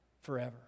forever